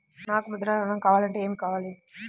నాకు ముద్ర ఋణం కావాలంటే ఏమి కావాలి?